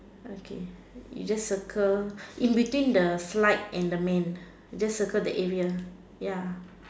okay you just circle in between the flight and the man just circle the area ya